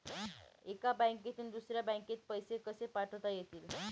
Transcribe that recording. एका बँकेतून दुसऱ्या बँकेत पैसे कसे पाठवता येतील?